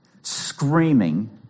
screaming